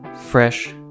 fresh